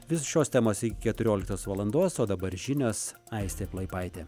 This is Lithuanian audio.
visos šios temos iki keturioliktos valandos o dabar žinios aistė plaipaitė